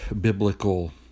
biblical